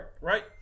Right